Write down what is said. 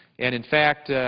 and in fact,